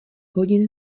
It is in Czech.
hodin